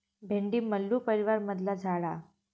भेंडी मल्लू परीवारमधला झाड हा